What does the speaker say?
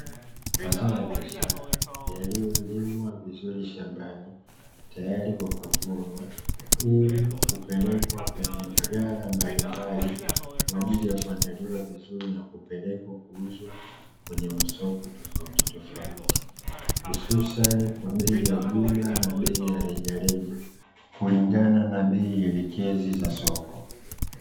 Mazao ya biashara yaliyo limwa vizuri shambani tayari kwa kuvunwa ili kupelekwa kwenye maghala mbalimbali, kwa ajili ya kuandaliwa vizuri na kupelekwa kuuzwa kwenye masoko tofautitofauti hususani kwa bei ya jumla na bei ya rejareja, kulingana na bei elekezi za soko.